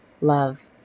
love